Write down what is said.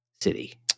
city